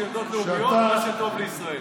יש לי עמדות לאומיות ומה שטוב לישראל.